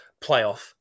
playoff